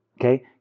Okay